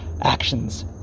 actions